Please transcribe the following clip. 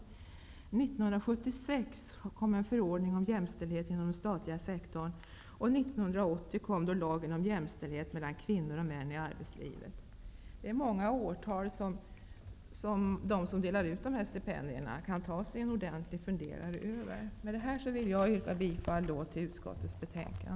År 1976 kom en förordning om jämställdhet inom den statliga sektorn och 1980 kom lagen till stånd om jämställdhet mellan kvinnor och män i arbetslivet. Det här är många årtal att ta sig en ordentlig funderare över för dem som har att dela ut dessa stipendier. Med detta yrkar jag bifall till utskottet hemställan.